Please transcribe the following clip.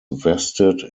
vested